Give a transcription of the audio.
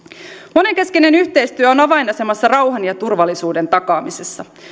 monenkeskinen yhteistyö on avainasemassa rauhan ja turvallisuuden takaamisessa